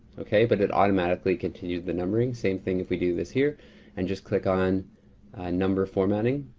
okay, but it automatically continued the numbering, same thing if we do this here and just click on number formatting.